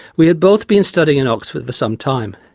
we had both been studying in oxford for some time.